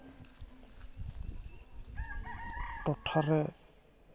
ᱴᱚᱴᱷᱟ ᱨᱮ